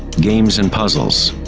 games and puzzles.